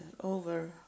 over